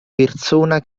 persona